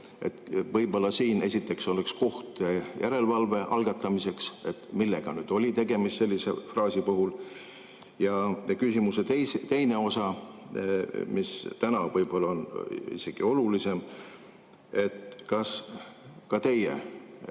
Võib-olla siin, esiteks, on koht järelevalve algatamiseks, et millega oli tegemist sellise fraasi puhul? Ja küsimuse teine osa, mis täna võib-olla on isegi olulisem: kas ka teie